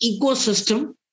ecosystem